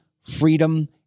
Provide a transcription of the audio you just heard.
freedom